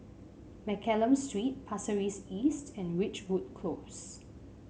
Mccallum Street Pasir Ris East and Ridgewood Close